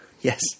Yes